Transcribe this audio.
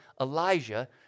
Elijah